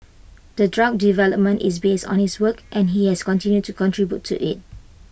the drug development is based on his work and he has continued to contribute to IT